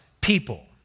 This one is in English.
people